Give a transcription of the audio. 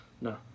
No